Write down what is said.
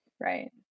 Right